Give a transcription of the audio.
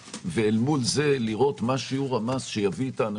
מול זה לראות מה שיעור המס שיביא את האנשים פנימה.